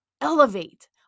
elevate